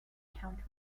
counter